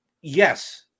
Yes